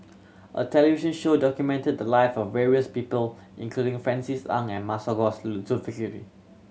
a television show documented the lives of various people including Francis Ng and Masagos Zulkifli